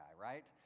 right